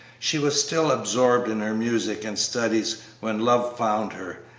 she was still absorbed in her music and studies when love found her,